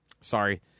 sorry